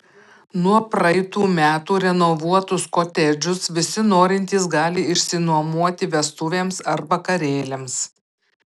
nuo praeitų metų renovuotus kotedžus visi norintys gali išsinuomoti vestuvėms ar vakarėliams